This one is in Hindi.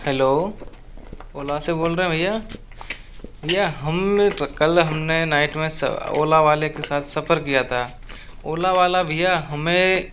हेलो ओला से बोल रहें भईया भईया हमने तो कल हमने नाईट में ओला वाले के साथ सफर किया था ओला वाला भईया हमे